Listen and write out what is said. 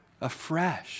afresh